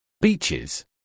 Beaches